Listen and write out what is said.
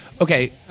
okay